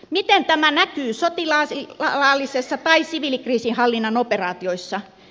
miten tämä näkyy sotilaallisissa tai siviilikriisinhallinnan operaatioissa